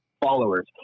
followers